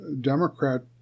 Democrat